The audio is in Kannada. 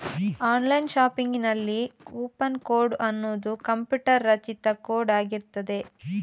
ಆನ್ಲೈನ್ ಶಾಪಿಂಗಿನಲ್ಲಿ ಕೂಪನ್ ಕೋಡ್ ಅನ್ನುದು ಕಂಪ್ಯೂಟರ್ ರಚಿತ ಕೋಡ್ ಆಗಿರ್ತದೆ